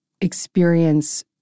experience